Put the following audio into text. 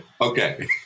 okay